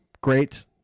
great